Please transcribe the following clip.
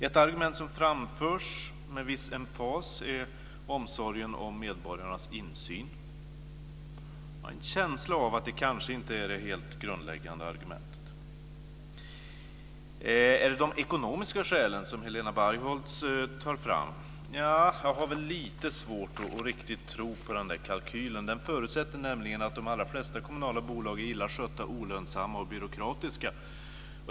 Ett argument som framförs med viss emfas är omsorgen om medborgarnas insyn. Jag har en känsla av att det kanske inte är det helt grundläggande argumentet. Är det de ekonomiska skälen som Helena Bargholtz tar fram? Jag har lite svårt att riktigt tro på den där kalkylen. Den förutsätter nämligen att de allra flesta kommunala bolag är illa skötta, olönsamma och byråkratiska.